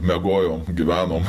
miegojau gyvenom